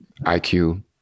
IQ